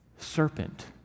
Serpent